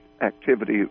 activity